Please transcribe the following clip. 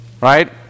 Right